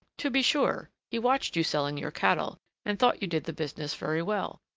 to be sure he watched you selling your cattle and thought you did the business very well,